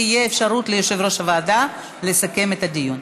ותהיה אפשרות ליושב-ראש הוועדה לסכם את הדיון.